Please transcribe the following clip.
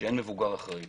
כשאין מבוגר אחראי.